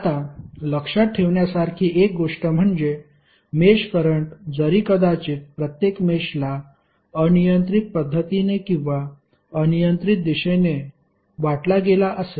आता लक्षात ठेवण्यासारखी एक गोष्ट म्हणजे मेष करंट जरी कदाचित प्रत्येक मेषला अनियंत्रित पद्धतीने किंवा अनियंत्रित दिशेने वाटला गेला असेल